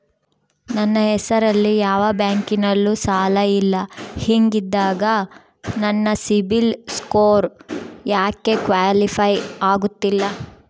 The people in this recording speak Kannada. ನನ್ನ ಹೆಸರಲ್ಲಿ ಯಾವ ಬ್ಯಾಂಕಿನಲ್ಲೂ ಸಾಲ ಇಲ್ಲ ಹಿಂಗಿದ್ದಾಗ ನನ್ನ ಸಿಬಿಲ್ ಸ್ಕೋರ್ ಯಾಕೆ ಕ್ವಾಲಿಫೈ ಆಗುತ್ತಿಲ್ಲ?